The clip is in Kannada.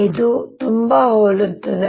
ಇದು ತುಂಬಾ ಹೋಲುತ್ತದೆ